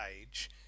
age